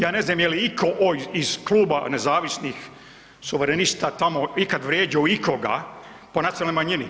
Ja ne znam je li iko iz Kluba nezavisnih suverenista tamo ikad vrijeđo ikoga po nacionalnoj manjini?